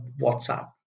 WhatsApp